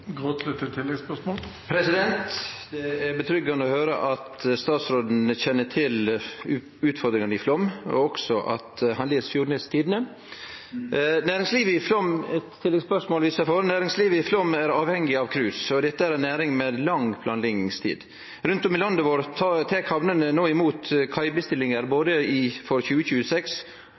Det kjennest trygt å høyre at statsråden kjenner til utfordringane i Flåm, og at han les Fjordenes Tidende. Næringslivet i Flåm er avhengig av cruisetrafikken, og dette er ei næring med lang planleggingstid. Rundt om i landet vårt tek hamnene no imot kaibestillingar både for 2025 og for 2026.